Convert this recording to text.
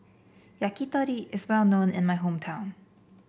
yakitori is well known in my hometown